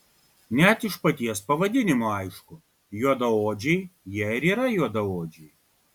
net iš paties pavadinimo aišku juodaodžiai jie ir yra juodaodžiai